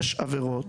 יש עבירות